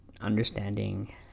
understanding